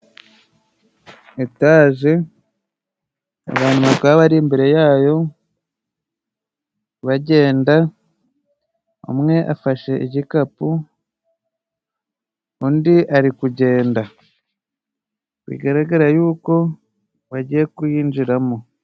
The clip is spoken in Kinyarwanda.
Etaje abantu bakaba bari imbere ya yo bagenda, umwe afashe igikapu, undi ari kugenda. Bigaragare y'uko bagiye kuyinjiramo.